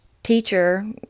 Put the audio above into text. teacher